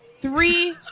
Three